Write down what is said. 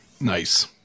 Nice